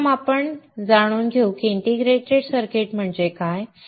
प्रथम आपण जाणून घेऊ की इंटिग्रेटेड सर्किट म्हणजे काय